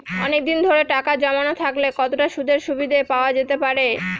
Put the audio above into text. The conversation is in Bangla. অনেকদিন ধরে টাকা জমানো থাকলে কতটা সুদের সুবিধে পাওয়া যেতে পারে?